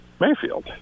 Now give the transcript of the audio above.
Mayfield